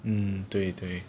mm 对对